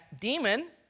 demon